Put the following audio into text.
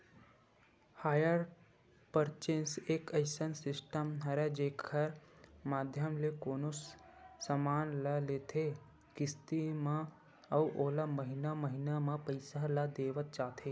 hire purchase एक अइसन system हरय जेखर माधियम ले कोनो समान ल लेथे किस्ती म अउ ओला महिना महिना म पइसा ल देवत जाथे